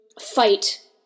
fight